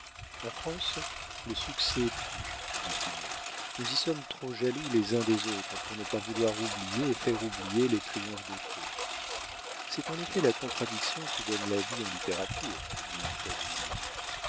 en france le succès tue dit finot nous y sommes trop jaloux les uns des autres pour ne pas vouloir oublier et faire oublier les triomphes d'autrui c'est en effet la contradiction qui donne la vie en littérature